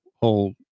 whole